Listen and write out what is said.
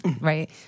right